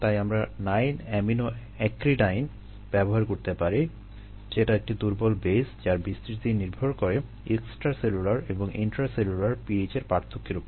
তাই আমরা 9 অ্যামিনোএক্রিডাইন এবং ইন্ট্রাসেলুলার pH এর পার্থক্যের উপর